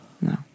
No